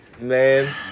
man